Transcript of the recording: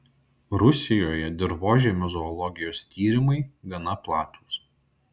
rusijoje dirvožemio zoologijos tyrimai gana platūs